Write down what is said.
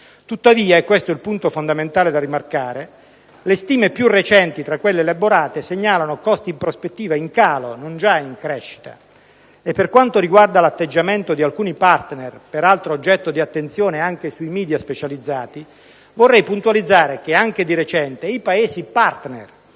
Tuttavia - e questo è il punto fondamentale da rimarcare - le stime più recenti tra quelle elaborate segnalano costi in prospettiva in calo e non già in crescita. Per quanto riguarda l'atteggiamento di alcuni *partner*, peraltro oggetto di attenzione anche sui *media* specializzati, vorrei puntualizzare che anche di recente i Paesi *partner*